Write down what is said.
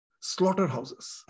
slaughterhouses